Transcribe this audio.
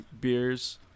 beers